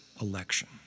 election